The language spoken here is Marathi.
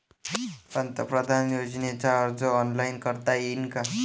पंतप्रधान योजनेचा अर्ज ऑनलाईन करता येईन का?